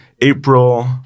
April